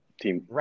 Team